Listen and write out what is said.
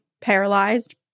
paralyzed